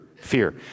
Fear